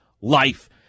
life